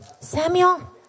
Samuel